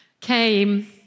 came